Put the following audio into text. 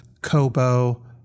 Kobo